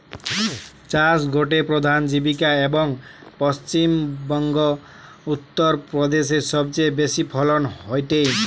চাষ গটে প্রধান জীবিকা, এবং পশ্চিম বংগো, উত্তর প্রদেশে সবচেয়ে বেশি ফলন হয়টে